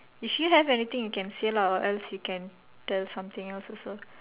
if you have anything you can say lah or else you can tell something else also